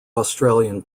australian